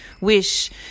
wish